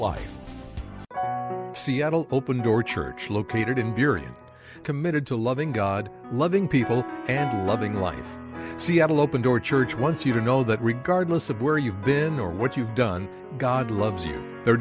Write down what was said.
life seattle open door church located in during committed to loving god loving people and loving life she had an open door church once you to know that regardless of where you've been or what you've done god loves you the